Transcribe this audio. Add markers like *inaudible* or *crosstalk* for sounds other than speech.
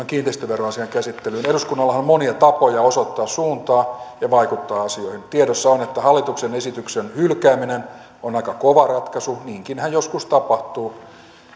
*unintelligible* kiinteistöveroasian käsittelyyn eduskunnallahan on monia tapoja osoittaa suuntaa ja vaikuttaa asioihin tiedossa on että hallituksen esityksen hylkääminen on aika kova ratkaisu niinkinhän joskus tapahtuu